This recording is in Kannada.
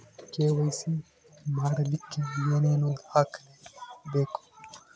ಕೆ.ವೈ.ಸಿ ಮಾಡಲಿಕ್ಕೆ ಏನೇನು ದಾಖಲೆಬೇಕು?